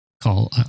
call